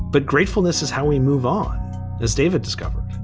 but grateful. this is how we move on as david discover